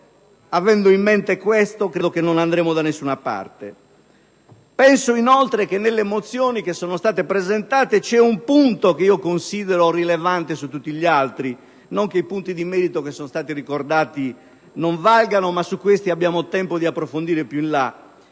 avendo in mente questo, credo che non andremmo da nessuna parte. Inoltre, nelle mozioni presentate c'è un punto che considero rilevante su tutti gli altri (non che i punti di merito che sono stati ricordati non valgano, ma su questi avremo tempo di effettuare un